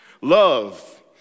love